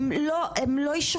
הם לא אישרו,